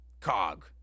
cog